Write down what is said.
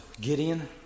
Gideon